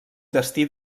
destí